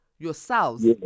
Yourselves